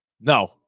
No